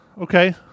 Okay